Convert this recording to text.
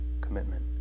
commitment